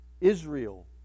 Israel